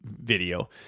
video